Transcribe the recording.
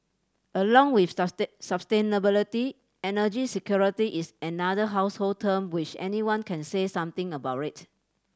along with sustainability energy security is another household term which anyone can say something about rate